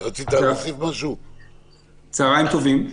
צוהרים טובים.